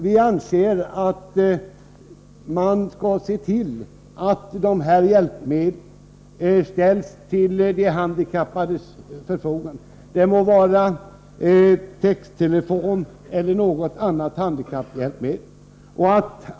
Vi anser att man skall se till att de här hjälpmedlen ställs till de handikappades förfogande, det må vara texttelefon eller något annat handikapphjälpmedel.